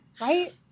Right